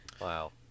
Wow